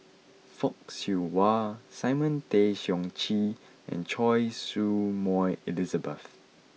Fock Siew Wah Simon Tay Seong Chee and Choy Su Moi Elizabeth